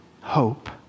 hope